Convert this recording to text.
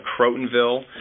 Crotonville